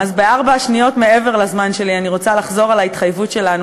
אז בארבע השניות מעבר לזמן שלי אני רוצה לחזור על ההתחייבות שלנו